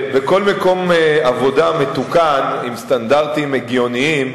בכל מקום עבודה מתוקן, עם סטנדרטים הגיוניים,